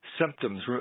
symptoms